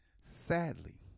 sadly